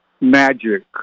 magic